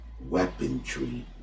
weaponry